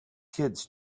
kids